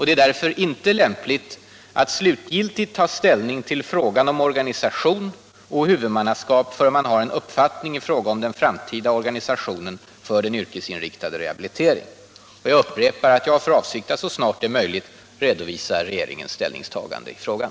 Det är därför inte lämpligt att slutgiltigt ta ställning till frågan om organisation och huvudmannaskap förrän man har en uppfattning i frågan om den framtida organisationen för den yrkesinriktade rehabiliteringen. Jag upprepar att jag har för avsikt att så snart det är möjligt redovisa regeringens ställningstagande i frågan.